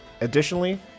Additionally